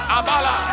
Abala